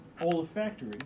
olfactory